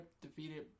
defeated